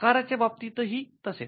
आकारच्या बाबतीत ही तसेच